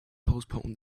postpone